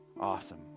Awesome